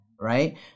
right